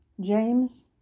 James